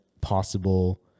possible